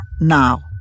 now